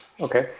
Okay